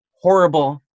horrible